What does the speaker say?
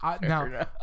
now